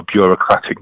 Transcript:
bureaucratic